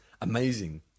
amazing